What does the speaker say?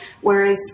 Whereas